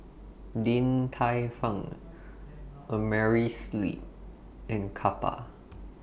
Din Tai Fung Amerisleep and Kappa